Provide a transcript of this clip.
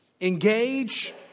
engage